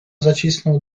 zacisnął